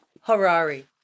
Harari